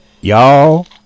y'all